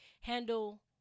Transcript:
handle